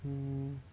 hmm